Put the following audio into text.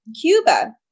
Cuba